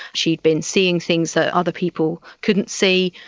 she'd been seeing things that other people couldn't see,